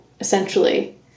essentially